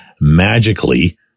magically